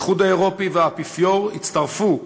האיחוד האירופי והאפיפיור הצטרפו.